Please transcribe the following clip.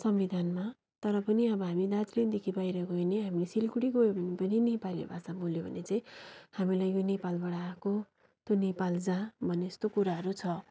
संविधानमा तर पनि अब हामी दार्जिलिङदेखि बाहिर गयो भनी हामी सिलगढी गयो भनी पनि नेपाली भाषा बोल्यो भने चाहिँ हामीलाई यो नेपालबाट आएको तँ नेपाल जा भनेजस्तो कुराहरू छ